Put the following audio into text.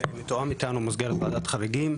זה מתואם איתנו במסגרת ועדת החריגים,